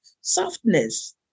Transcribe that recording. softness